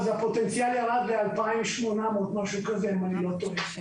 הפוטנציאל ירד ל-2,800, משהו כזה, אם אני לא טועה.